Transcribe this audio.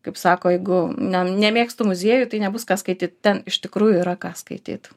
kaip sako jeigu ne nemėgstu muziejų tai nebus ką skaityt ten iš tikrųjų yra ką skaityt